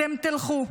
אתם תלכו,